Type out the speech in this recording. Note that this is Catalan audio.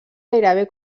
gairebé